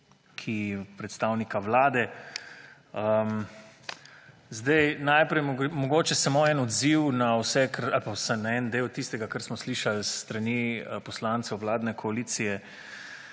predstavnika Vlade! Najprej mogoče samo en odziv vsaj na en del tistega, kar smo slišali s strani poslancev vladne koalicije,